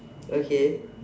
okay